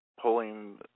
pulling